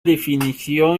definición